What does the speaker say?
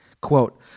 Quote